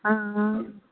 ਹਾਂ ਹਾਂ